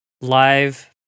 live